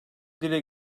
dile